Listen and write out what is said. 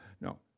no